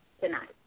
Tonight